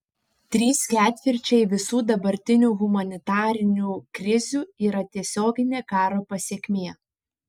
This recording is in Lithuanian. trys ketvirčiai visų dabartinių humanitarinių krizių yra tiesioginė karo pasekmė